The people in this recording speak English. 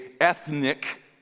ethnic